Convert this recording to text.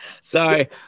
Sorry